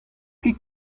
ket